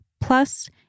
plus